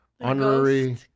Honorary